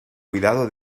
cuidado